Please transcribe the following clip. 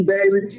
Baby